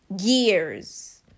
years